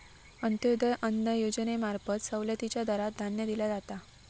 अंत्योदय अन्न योजनेंमार्फत सवलतीच्या दरात धान्य दिला जाता